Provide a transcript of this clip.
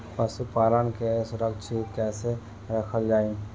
पशुपालन के सुरक्षित कैसे रखल जाई?